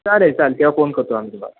चालेल चालेल तेव्हा फोन करतो आम्ही तुम्हाला